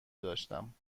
داشتم